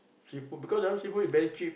seafood because that one seafood very cheap